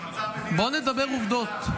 בואו נדבר עובדות.